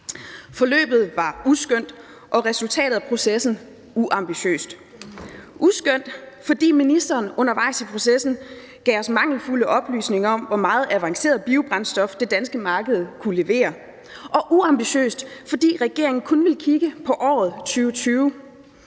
Forløbet var uskønt, og resultatet af processen uambitiøst; uskønt, fordi ministeren undervejs i processen gav os mangelfulde oplysninger om, hvor meget avanceret biobrændstof det danske marked kunne levere; og uambitiøst, fordi regeringen kun ville kigge på året 2020.